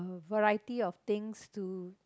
variety of things to